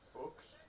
Books